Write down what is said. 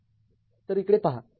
तर इकडे पहा त्या ०